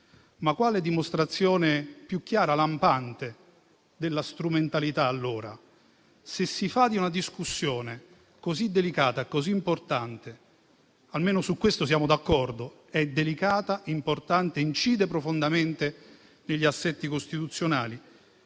Quale dimostrazione più chiara e lampante della strumentalizzazione? Se si fa di una discussione così delicata, così importante - almeno su questo siamo d'accordo, è delicata - perché incide profondamente negli assetti costituzionali,